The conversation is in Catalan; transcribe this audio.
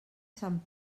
sant